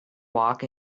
walk